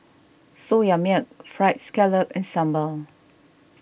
Soya Milk Fried Scallop and Sambal